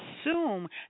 assume